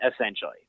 essentially